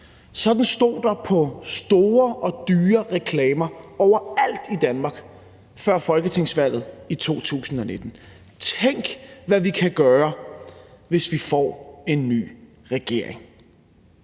Sådan stod der på store og dyre reklamer overalt i Danmark før folketingsvalget i 2019 – »Tænk hvad vi kan gøre, hvis vi får en ny regering«.